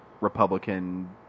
Republican